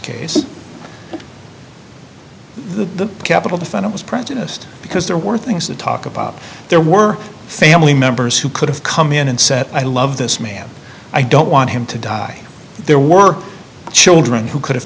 case the capital to find it was prejudiced because there were things to talk about there were family members who could have come in and said i love this man i don't want him to die there were children who could have